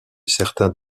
certains